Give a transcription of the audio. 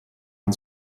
ein